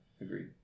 agreed